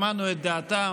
שמענו את דעתם,